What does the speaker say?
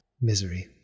misery